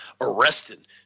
arrested